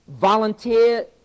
volunteer